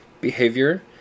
Behavior